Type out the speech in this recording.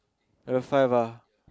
level five ah